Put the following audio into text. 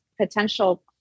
potential